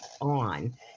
on